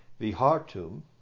Vihartum